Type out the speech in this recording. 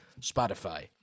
Spotify